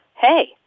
hey